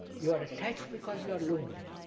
you are attached because you are lonely,